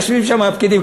יושבים שם הפקידים,